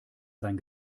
sein